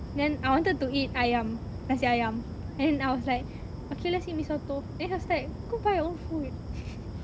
then I wanted to eat ayam nasi ayam and then I was like okay let's eat mi soto then she was like go buy your own food